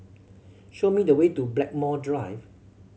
show me the way to Blackmore Drive